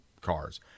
cars